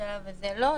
בשלב הזה לא.